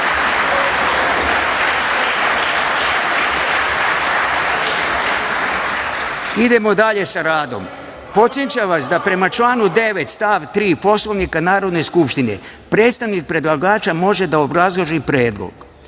stane. Idemo dalje sa radom. Podsećam vas da prema članu 9. stav 3. Poslovnika Narodne skupštine, predstavnik predlagača može da obrazloži predlog. Da